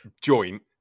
joint